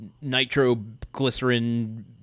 nitroglycerin